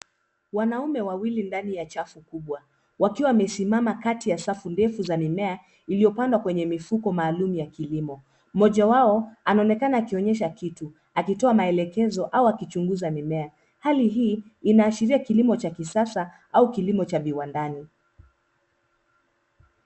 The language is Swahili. Wanaume wawili ndani ya chafu kubwa wakiwa wamesimama kati ya safu ndefu za mimea iliyopandwa kwenye mifuko maalum ya kilimo, moja wa anaonekana akionyesha kitu akitoa maelekezo au akichunguza mimea, hali hii inaashiria kilimo cha kisasa au kilimo cha viwandani.